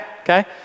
okay